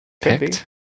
Picked